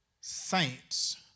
saints